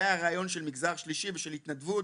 זה הרעיון של מגזר שלישי ושל התנדבות,